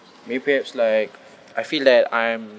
maybe perhaps like I feel that I'm